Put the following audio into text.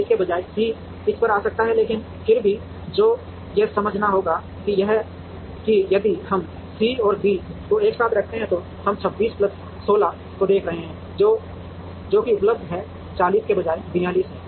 इसके बजाय C इस पर आ गया है लेकिन फिर किसी को यह समझना होगा कि यदि हम C और B को एक साथ रखते हैं तो हम 26 प्लस 16 को देख रहे हैं जो कि उपलब्ध 40 के बजाय 42 है